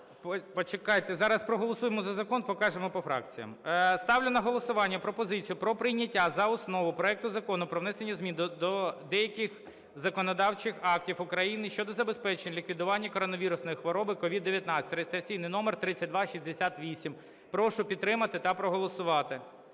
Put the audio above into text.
Почекайте, зараз проголосуємо за закон, покажемо по фракціях. Ставлю на голосування пропозицію про прийняття за основу проекту Закону про внесення змін до деяких законодавчих актів України щодо забезпечення лікування коронавірусної хвороби (COVID-19) (реєстраційний номер 3268). Прошу підтримати та проголосувати.